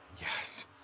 Yes